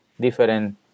different